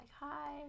hi